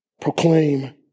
proclaim